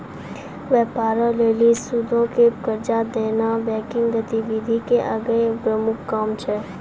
व्यापारो लेली सूदो पे कर्जा देनाय बैंकिंग गतिविधि के एगो प्रमुख काम छै